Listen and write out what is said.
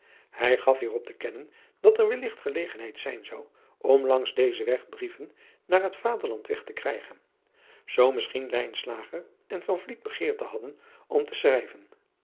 hij gaf hier op te kennen dat er welligt gelegenheid zijn zou om langs dezen weg brieven naar het vaderland weg te krijgen zoo misschien lijnslager en van vliet begeerte hadden om te schrijven